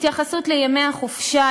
התייחסות לימי החופשה,